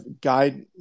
guide